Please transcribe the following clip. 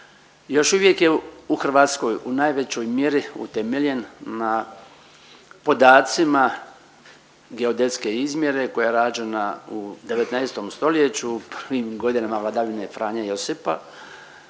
još uvijek je u Hrvatskoj u najvećoj mjeri utemeljen na podacima geodetske izmjere koja je rađena u 19. st. u prvim godinama vladavine Franje Josipa,